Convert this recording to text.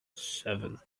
seven